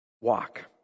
Walk